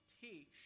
teach